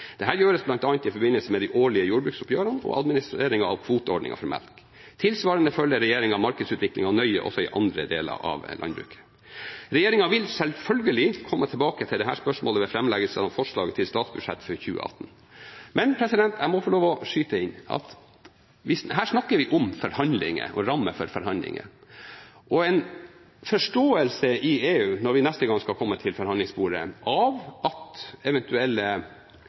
gjøres bl.a. i forbindelse med de årlige jordbruksoppgjørene og administreringen av kvoteordningen for melk. Tilsvarende følger regjeringen markedsutviklingen nøye også i andre deler av landbruket. Regjeringen vil selvfølgelig komme tilbake til dette spørsmålet ved framleggelse av forslag til statsbudsjett for 2018. Jeg må få lov til å skyte inn at vi her snakker om forhandlinger og rammer for forhandlinger, og en forståelse i EU – når vi neste gang skal komme til forhandlingsbordet – av at eventuelle